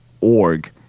org